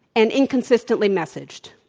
and inconsistently messaged.